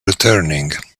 returning